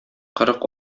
кырык